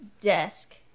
desk